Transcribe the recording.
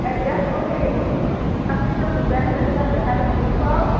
আপুনিতো ভূপেন হাজৰিকাক দেখা পাইছিল নহ